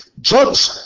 Judge